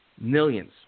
Millions